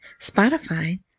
Spotify